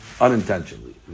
unintentionally